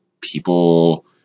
people